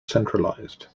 centralised